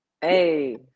Hey